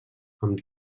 amb